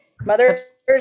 mothers